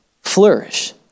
flourish